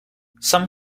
some